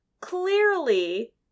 clearly